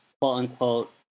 quote-unquote